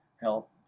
help